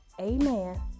Amen